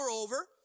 over